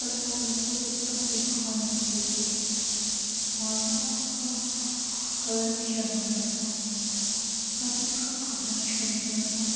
پر وہ بالکل ایک دم بے کار نکلی تھی اور نہ اس کا کلر بھی چلا گیا تھا نہ تو اس کا کپڑا اچھا نکلا تھا